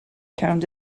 count